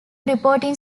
reporting